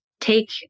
take